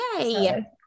Yay